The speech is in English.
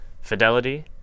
Fidelity